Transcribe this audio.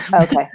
Okay